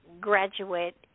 graduate